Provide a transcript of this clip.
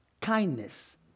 kindness